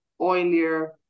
oilier